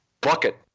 bucket